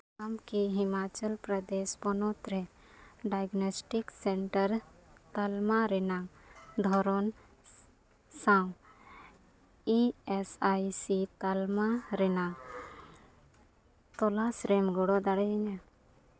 ᱟᱢ ᱠᱤ ᱦᱤᱢᱟᱪᱚᱞ ᱯᱨᱚᱫᱮᱥ ᱯᱚᱱᱚᱛ ᱨᱮ ᱰᱟᱭᱜᱚᱱᱮᱥᱴᱤᱠ ᱥᱮᱱᱴᱟᱨ ᱛᱟᱞᱢᱟ ᱨᱮᱱᱟᱜ ᱫᱷᱚᱨᱚᱱ ᱥᱟᱶ ᱤ ᱮᱥ ᱟᱭ ᱥᱤ ᱤ ᱛᱟᱞᱢᱟ ᱨᱮᱱᱟᱜ ᱛᱚᱞᱟᱥ ᱨᱮᱢ ᱜᱚᱲᱚ ᱫᱟᱲᱮᱭᱟᱹᱧᱟᱹ